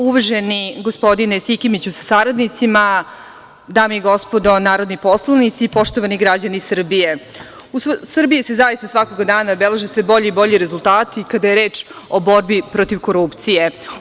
Uvaženi, gospodine Sikimiću sa saradnicima, dame i gospodo narodni poslanici i poštovani građani Srbije, u Srbiji se zaista svakoga dana beleže sve bolji i bolji rezultati kada je reč o borbi protiv korupcije.